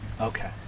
Okay